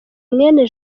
mwene